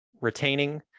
retaining